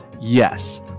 yes